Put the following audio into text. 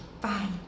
Bye